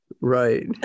Right